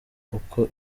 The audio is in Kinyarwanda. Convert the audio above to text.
uko